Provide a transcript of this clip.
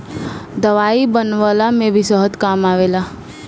दवाई बनवला में भी शहद काम आवेला